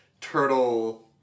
turtle